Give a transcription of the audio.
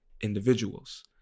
individuals